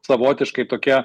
savotiškai tokie